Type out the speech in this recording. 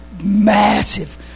massive